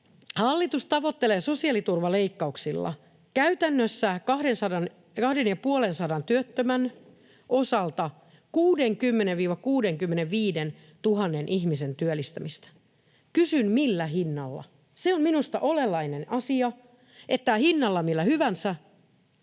Hallitus tavoittelee sosiaaliturvaleikkauksilla käytännössä kahden ja puolen sadan työttömän osalta 60 000—65 000:n ihmisen työllistämistä. Kysyn: millä hinnalla? Se on minusta olennainen asia, että hinnalla millä hyvänsä.